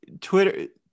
Twitter